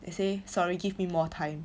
they say sorry give me more time